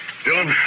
Dylan